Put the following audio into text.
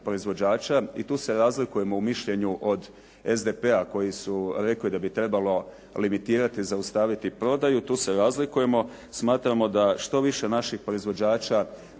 i tu se razlikujemo u mišljenju od SDP-a koji su rekli da bi trebalo limitirati, zaustaviti prodaju, tu se razlikujemo, smatramo da što više naših proizvođača